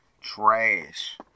Trash